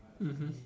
mmhmm